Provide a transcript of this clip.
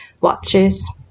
watches